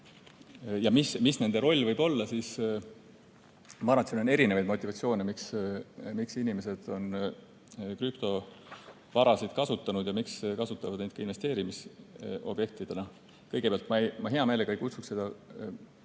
et mis nende roll võib olla, siis ma arvan, et siin on erinevaid motivatsioone, miks inimesed on krüptovarasid kasutanud ja miks kasutavad neid ka investeerimisobjektidena. Kõigepealt, ma hea meelega ei kutsuks seda,